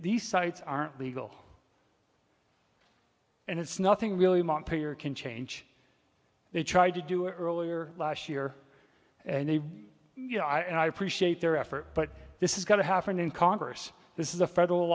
these sites aren't legal and it's nothing really montpellier can change they tried to do it earlier last year and they you know i appreciate their effort but this is going to happen in congress this is a federal